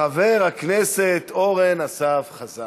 חבר הכנסת אורן אסף חזן.